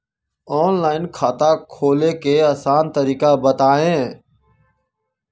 Online खाता खोले के आसान तरीका बताए?